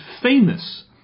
famous